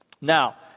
Now